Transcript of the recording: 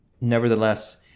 Nevertheless